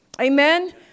Amen